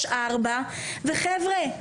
וחבר'ה,